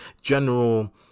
general